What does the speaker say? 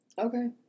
Okay